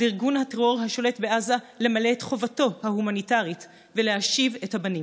על ארגון הטרור השולט בעזה למלא את חובתו ההומניטרית ולהשיב את הבנים.